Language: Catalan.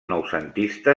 noucentista